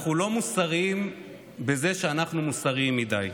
אנחנו לא מוסריים בזה שאנחנו מוסריים מדי.